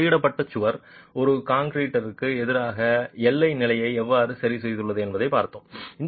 ஒரு துளையிடப்பட்ட சுவர் ஒரு கான்டிலீவருக்கு எதிராக எல்லை நிலையை எவ்வாறு சரிசெய்துள்ளது என்பதைப் பார்த்தோம்